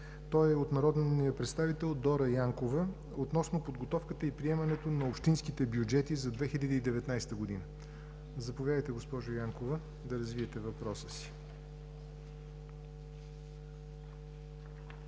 Той е от народния представител Дора Янкова относно подготовката и приемането на общинските бюджети за 2019 г. Заповядайте, госпожо Янкова, да развиете въпроса си.